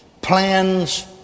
plans